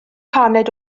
paned